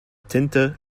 tinte